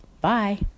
Bye